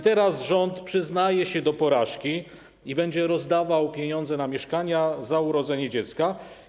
Teraz rząd przyznaje się do porażki i będzie rozdawał pieniądze na mieszkania za urodzenie dziecka.